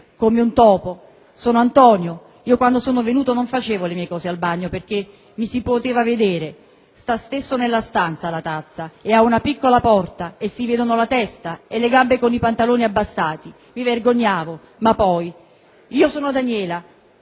come un topo». «Sono Antonio. Io quando sono venuto non facevo le mie cose al bagno, perché mi si poteva vedere, sta nella stessa stanza la tazza e ha una piccola porta e si vedono la testa e le gambe con i pantaloni abbassati, mi vergognavo, ma poi...». «Io sono Daniela